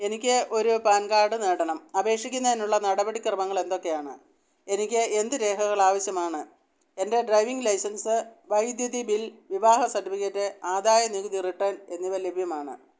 എനിക്ക് ഒരു PAN card നേടണം അപേക്ഷിക്കുന്നതിനുള്ള നടപടിക്രമങ്ങൾ എന്തൊക്കെയാണ് എനിക്ക് എന്ത് രേഖകൾ ആവശ്യമാണ് എൻ്റെ ഡ്രൈവിംഗ് ലൈസൻസ് വൈദ്യുതി ബിൽ വിവാഹ സർട്ടിഫിക്കറ്റ് ആദായനികുതി റിട്ടേൺ എന്നിവ ലഭ്യമാണ്